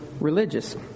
religious